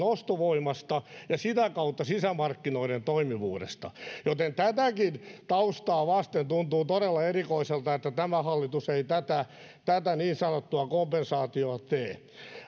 ostovoimasta ja sitä kautta sisämarkkinoiden toimivuudesta tätäkin taustaa vasten tuntuu todella erikoiselta että tämä hallitus ei tätä tätä niin sanottua kompensaatiota tee